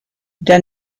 der